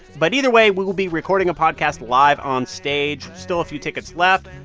but either way, we will be recording a podcast live on stage still a few tickets left.